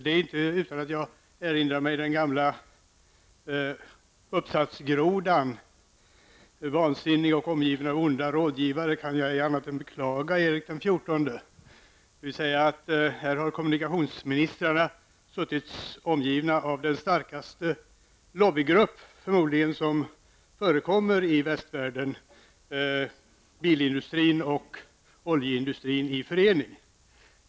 Det är inte utan att jag erinrar mig den gamla uppsatsgrodan: ''Vansinnig och omgiven av onda rådgivare kan jag ej annat än beklaga Erik XIV.'' Här har kommunikationsministrarna suttit omgivna av den förmodligen starkaste lobbygrupp som förekommer i västvärlden -- bilindustrin och oljeindustrin i förening.